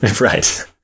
right